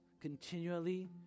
continually